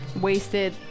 wasted